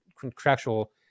contractual